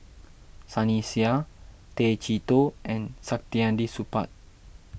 Sunny Sia Tay Chee Toh and Saktiandi Supaat